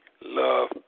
love